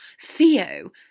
Theo